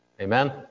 Amen